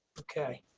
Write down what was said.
okay.